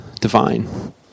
divine